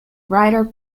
writer